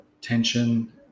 tension